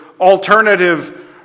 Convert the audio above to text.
alternative